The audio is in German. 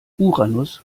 uranus